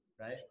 Right